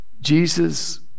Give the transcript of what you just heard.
Jesus